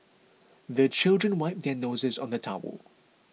the children wipe their noses on the towel